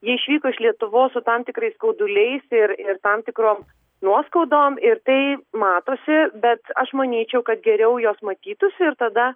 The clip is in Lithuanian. jie išvyko iš lietuvos su tam tikrais skauduliais ir ir tam tikrom nuoskaudom ir tai matosi bet aš manyčiau kad geriau jos matytųsi ir tada